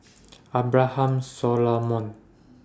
Abraham Solomon